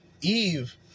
Eve